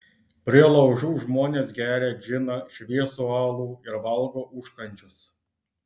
prie laužų žmonės geria džiną šviesų alų ir valgo užkandžius